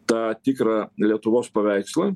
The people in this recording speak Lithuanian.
tą tikrą lietuvos paveikslą